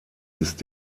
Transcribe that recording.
ist